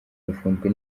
bafunzwe